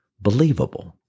believable